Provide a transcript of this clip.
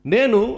Nenu